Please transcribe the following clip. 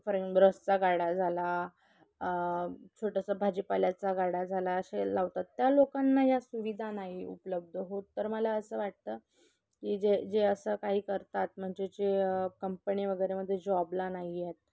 foreign रसचा गाडा झाला छोटंसं भाजीपाल्याचा गाडा झाला असे लावतात त्या लोकांना या सुविधा नाही उपलब्ध होत तर मला असं वाटतं की जे जे असं काही करतात म्हणजे जे कंपनी वगैरेमध्ये जॉबला नाही आहेत